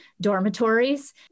dormitories